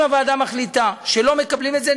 אם הוועדה מחליטה שלא מקבלים את זה,